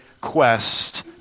quest